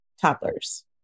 toddlers